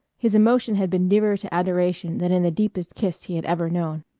his emotion had been nearer to adoration than in the deepest kiss he had ever known.